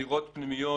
סתירות פנימיות,